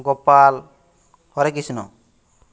Gopal Harekrishna